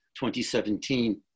2017